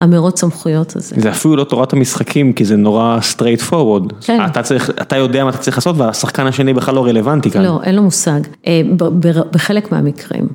המירוץ סמכויות, זה אפילו לא תורת המשחקים כי זה נורא straight forward, אתה יודע מה אתה צריך לעשות והשחקן השני בכלל לא רלוונטי כאן, לא אין לו מושג, בחלק מהמקרים.